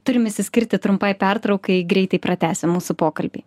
turim išsiskirti trumpai pertraukai greitai pratęsim mūsų pokalbį